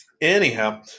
Anyhow